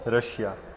Russia